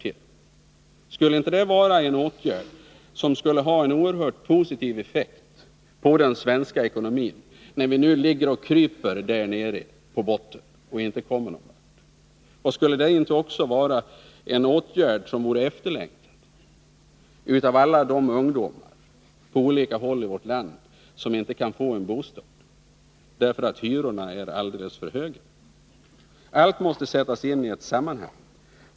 Är inte det en åtgärd som skulle ha en oerhört positiv effekt på den svenska ekonomin, nu när vi ligger och kryper där nere på botten och inte kommer någon vart? Skulle det inte också vara en åtgärd som vore efterlängtad av alla de ungdomar på olika håll i vårt land som inte kan få en bostad, därför att hyrorna är alldeles för höga? Allt måste sättas in i ett sammanhang.